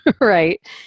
right